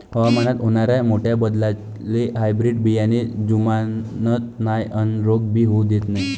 हवामानात होनाऱ्या मोठ्या बदलाले हायब्रीड बियाने जुमानत नाय अन रोग भी होऊ देत नाय